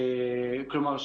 כלומר,